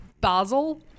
Basel